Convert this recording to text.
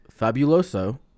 Fabuloso